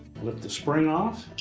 lift the spring off